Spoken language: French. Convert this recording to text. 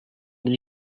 dix